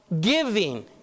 giving